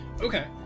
Okay